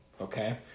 okay